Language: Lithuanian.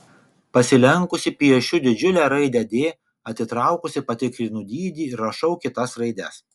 pasilenkusi piešiu didžiulę raidę d atsitraukusi patikrinu dydį ir rašau kitas raides